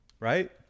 right